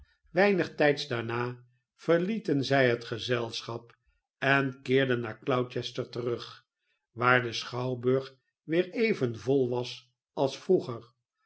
weinig tijds daarna verlieten zij het gezelschap en keerden naar gloucester terug waar de schouwburg weer even vol was als vroeger